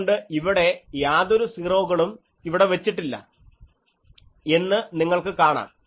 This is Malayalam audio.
അതുകൊണ്ട് ഇവിടെ യാതൊരു സീറോകളും ഇവിടെ വച്ചിട്ടില്ല എന്ന് നിങ്ങൾക്ക് കാണാം